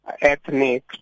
ethnic